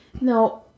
No